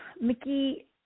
Mickey